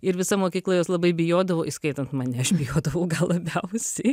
ir visa mokykla jos labai bijodavo įskaitant mane aš bijodavau gal labiausiai